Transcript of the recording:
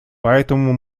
поэтому